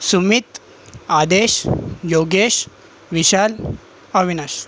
Sumit Aadesh Yogesh Vishal Avinash